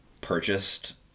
purchased